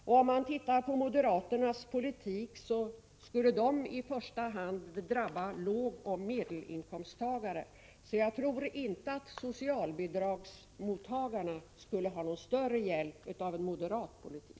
Om man studerar moderaternas politik finner man att den i första hand skulle drabba lågoch medelinkomsttagare, så jag tror inte att socialbidragsmottagarna skulle ha någon större hjälp av en moderat politik.